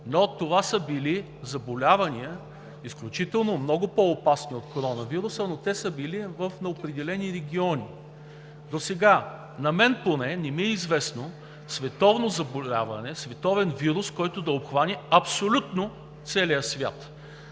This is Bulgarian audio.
Но това са били заболявания изключително много по-опасни от коронавируса, но те са били на определени региони. Досега на мен поне не ми е известно световно заболяване, световен вирус, който да обхване абсолютно целия свят.